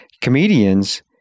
comedians